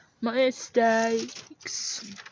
mistakes